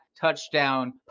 touchdown